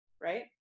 Right